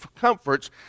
comforts